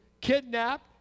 kidnapped